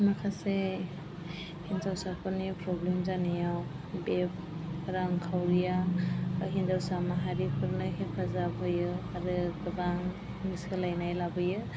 माखासे हिनजावसाफोरनि प्रब्लेम जानायाव बे रांखावरिया हिनजावसा माहारिफोरनो हेफाजाब होयो आरो गोबां सोलायनाय लाबोयो